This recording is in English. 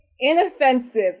Inoffensive